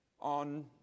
on